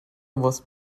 was